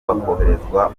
bakoherezwa